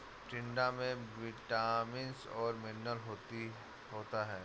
टिंडा में विटामिन्स और मिनरल्स होता है